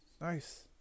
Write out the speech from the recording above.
Nice